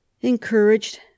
Encouraged